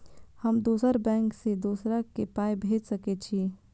हम दोसर बैंक से दोसरा के पाय भेज सके छी?